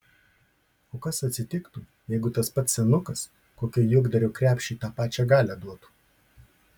o kas atsitiktų jeigu tas pats senukas kokio juokdario krepšiui tą pačią galią duotų